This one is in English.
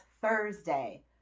Thursday